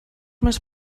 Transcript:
més